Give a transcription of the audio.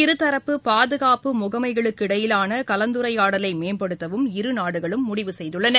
இருதரப்பு பாதுகாப்பு முகமைகளுக்கு இடையிலானகலந்துரையாடலைமேம்படுத்தவும் இருநாடுகளும் முடிவு செய்துள்ளன